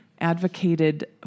advocated